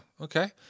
Okay